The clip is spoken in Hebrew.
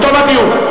בתום הדיון.